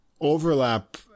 overlap